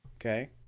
okay